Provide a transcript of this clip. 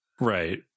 Right